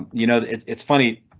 um you know, it's it's funny.